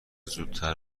زودتر